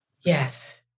Yes